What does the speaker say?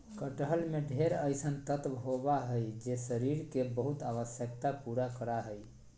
कटहल में ढेर अइसन तत्व होबा हइ जे शरीर के बहुत आवश्यकता पूरा करा हइ